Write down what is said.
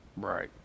Right